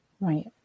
Right